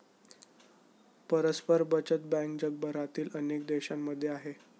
परस्पर बचत बँक जगभरातील अनेक देशांमध्ये आहे